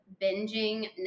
binging